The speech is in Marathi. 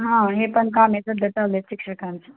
हा हे पण काम याच्या दतावले आहे शिक्षकांचे